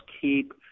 keep